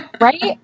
Right